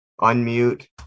unmute